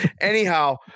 Anyhow